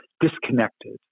disconnected